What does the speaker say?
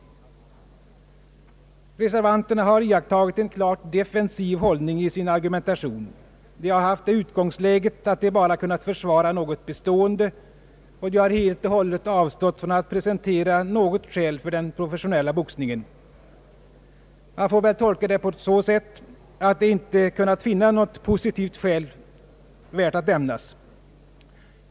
Reservanterna har intagit en klart defensiv hållning i sin argumentation. De har haft det utgångsläget att de bara har kunnat färsvara något bestående, och de har helt och hållet avstått från att prestera något skäl för den professionella boxningen. Man får väl tolka detta på så sätt, att de inte har kunnat finna något positivt skäl värt att nämnas.